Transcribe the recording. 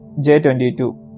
J22